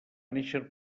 néixer